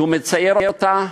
שהוא מצייר אותה,